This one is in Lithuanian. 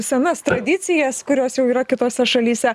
senas tradicijas kurios jau yra kitose šalyse